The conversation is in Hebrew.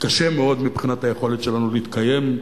קשה מאוד מבחינת היכולת שלנו להתקיים,